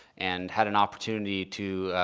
and had an opportunity to,